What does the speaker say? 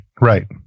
Right